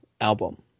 album